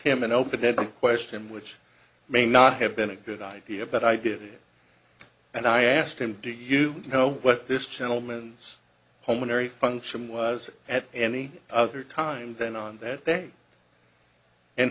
him an open ended question which may not have been a good idea but i did and i asked him do you know what this gentleman is homeowner a function was at any other time than on that day and